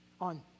On